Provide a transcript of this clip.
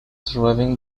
surviving